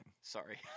Sorry